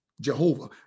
Jehovah